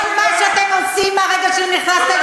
כל מה שאתם עושים מרגע שנכנסתם,